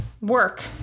work